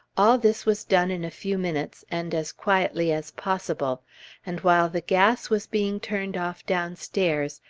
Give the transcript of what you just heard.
all this was done in a few minutes, and as quietly as possible and while the gas was being turned off downstairs,